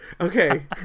Okay